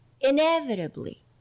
inevitably